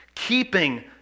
Keeping